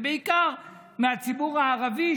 ובעיקר מהציבור הערבי,